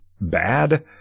bad